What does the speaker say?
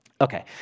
Okay